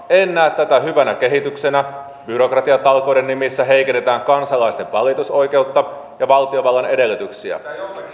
en näe tätä hyvänä kehityksenä byrokratiatalkoiden nimissä heikennetään kansalaisten valitusoikeutta ja valtiovallan edellytyksiä